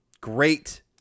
great